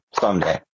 Someday